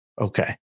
Okay